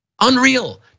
Unreal